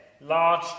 large